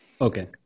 Okay